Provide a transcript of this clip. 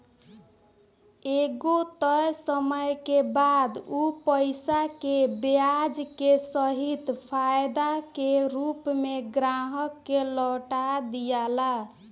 एगो तय समय के बाद उ पईसा के ब्याज के सहित फायदा के रूप में ग्राहक के लौटा दियाला